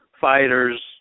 fighters